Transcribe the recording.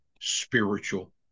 spiritual